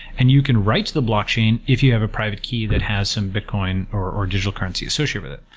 and you can write to the block chain if you have a private key that has some bitcoin or or digital currency associated with it.